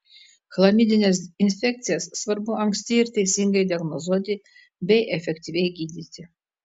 chlamidines infekcijas svarbu anksti ir teisingai diagnozuoti bei efektyviai gydyti